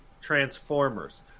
Transformers